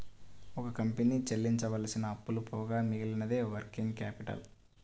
ఒక కంపెనీ చెల్లించవలసిన అప్పులు పోగా మిగిలినదే వర్కింగ్ క్యాపిటల్